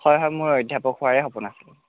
হয় হয় মোৰ অধ্যাপক হোৱাৰে সপোন আছিল